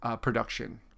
production